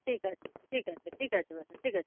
ঠিক আছে ঠিক আছে ঠিক আছে ম্যাডাম ঠিক আছে